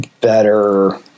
better